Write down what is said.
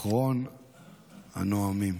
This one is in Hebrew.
אחרון הנואמים.